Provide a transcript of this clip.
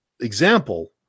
example